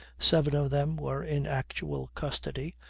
seven of them were in actual custody,